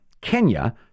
Kenya